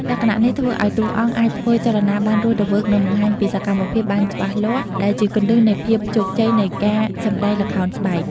លក្ខណៈនេះធ្វើឱ្យតួអង្គអាចធ្វើចលនាបានរស់រវើក និងបង្ហាញពីសកម្មភាពបានច្បាស់លាស់ ដែលជាគន្លឹះនៃភាពជោគជ័យនៃការសម្ដែងល្ខោនស្បែក។